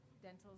dentals